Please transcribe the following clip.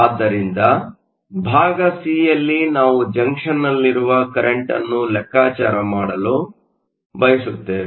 ಆದ್ದರಿಂದ ಭಾಗ ಸಿಯಲ್ಲಿ ನಾವು ಜಂಕ್ಷನ್ನಲ್ಲಿರುವ ಕರೆಂಟ್ ಅನ್ನು ಲೆಕ್ಕಾಚಾರ ಮಾಡಲು ಬಯಸುತ್ತೇವೆ